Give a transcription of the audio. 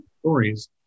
stories